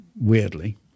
weirdly